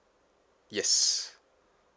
yes